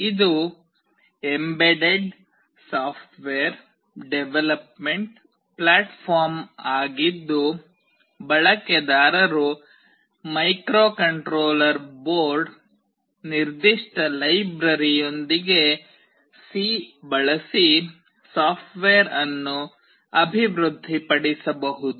ಇದು embedded software development platform ಆಗಿದ್ದು ಬಳಕೆದಾರರು ಮೈಕ್ರೊಕಂಟ್ರೋಲರ್ ಬೋರ್ಡ್ ನಿರ್ದಿಷ್ಟ ಲೈಬ್ರರಿಯೊಂದಿಗೆ C ಬಳಸಿ ಸಾಫ್ಟ್ವೇರ್ ಅನ್ನು ಅಭಿವೃದ್ಧಿಪಡಿಸಬಹುದು